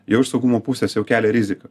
jau iš saugumo pusės jau kelia riziką